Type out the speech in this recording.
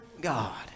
God